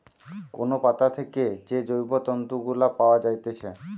কোন পাতা থেকে যে জৈব তন্তু গুলা পায়া যাইতেছে